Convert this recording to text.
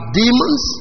demons